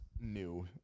new